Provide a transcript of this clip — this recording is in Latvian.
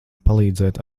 palīdzēt